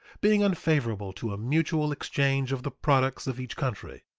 being unfavorable to a mutual exchange of the products of each country.